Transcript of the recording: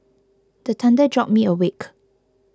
the thunder jolt me awake